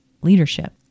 leadership